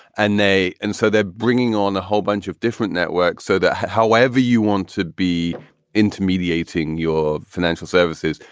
and they. and so they're bringing on a whole bunch of different networks. so that however you want to be intermediating your financial services,